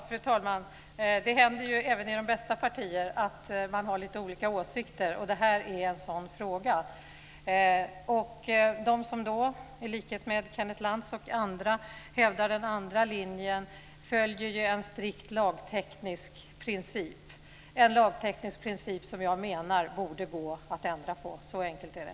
Fru talman! Det händer ju även i de bästa partier att man har lite olika åsikter, och det här är en sådan fråga. De som i likhet med Kenneth Lantz och andra hävdar den andra linjen följer ju en strikt lagteknisk princip - en lagteknisk princip som jag menar borde gå att ändra på. Så enkelt är det.